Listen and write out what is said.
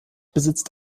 besitzt